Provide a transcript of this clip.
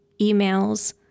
emails